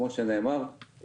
כמו שנאמר,